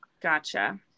gotcha